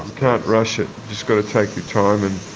can't rush it, just got to take your time and